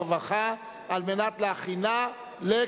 הרווחה והבריאות נתקבלה.